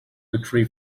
victory